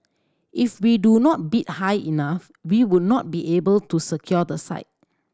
if we do not bid high enough we would not be able to secure the site